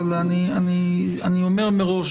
אבל אני אומר מראש,